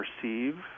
perceive